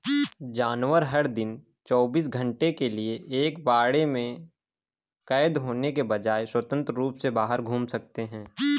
जानवर, हर दिन चौबीस घंटे के लिए एक बाड़े में कैद होने के बजाय, स्वतंत्र रूप से बाहर घूम सकते हैं